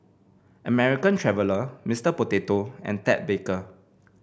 American Traveller Mister Potato and Ted Baker